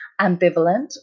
ambivalent